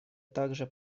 также